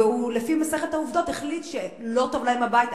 ולפי מסכת העובדות הוא החליט שלא טוב להם בבית,